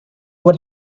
what